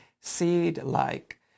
seed-like